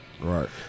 Right